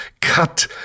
cut